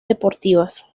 deportivas